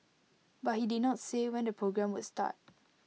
but he did not say when the programme would start